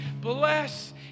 bless